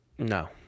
No